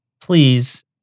Please